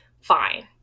fine